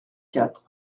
quatre